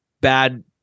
bad